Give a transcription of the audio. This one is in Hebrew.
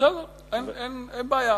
אין בעיה.